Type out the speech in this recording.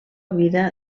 vida